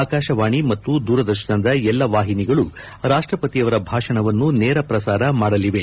ಆಕಾಶವಾಣಿ ಮತ್ತು ದೂರದರ್ಶನದ ಎಲ್ಲಾ ವಾಹಿನಿಗಳು ರಾಷ್ಟಪತಿಯವರ ಭಾಷಣವನ್ನು ನೇರಪ್ರಸಾರ ಮಾಡಲಿವೆ